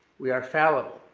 we are fallible.